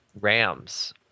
Rams